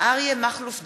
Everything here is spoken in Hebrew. אריה מכלוף דרעי,